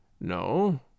No